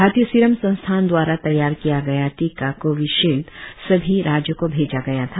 भारतीय सीरम संस्थान द्वारा तैयार किया गया टीका कोविशील्ड सभी राज्यों को भेजा गया था